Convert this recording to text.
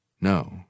No